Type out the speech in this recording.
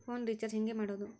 Phone recharge ಹೆಂಗೆ ಮಾಡೋದು?